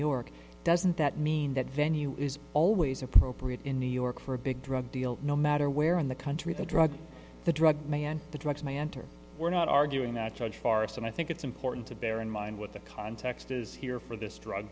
york doesn't that mean that venue is always appropriate in new york for a big drug deal no matter where in the country the drug the drug man the drugs may enter we're not arguing that judge forrest and i think it's important to bear in mind what the context is here for this drug